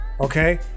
okay